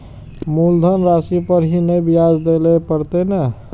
मुलधन राशि पर ही नै ब्याज दै लै परतें ने?